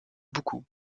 beaucoup